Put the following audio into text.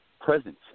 presence